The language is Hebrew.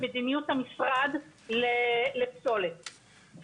כתוב במפורש.